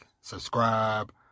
subscribe